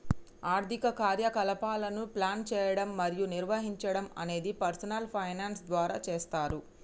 ఆర్థిక కార్యకలాపాలను ప్లాన్ చేయడం మరియు నిర్వహించడం అనేది పర్సనల్ ఫైనాన్స్ ద్వారా చేస్తరు